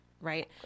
right